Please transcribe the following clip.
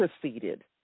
proceeded